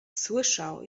słyszał